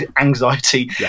anxiety